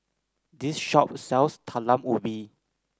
this shop sells Talam Ubi